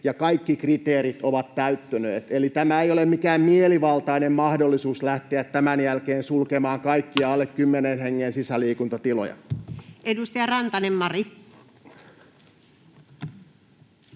kaikki kriteerit ovat täyttyneet, eli tämä ei ole mikään mielivaltainen mahdollisuus lähteä tämän jälkeen sulkemaan kaikkia alle kymmenen hengen sisäliikuntatiloja. Edustaja Rantanen, Mari.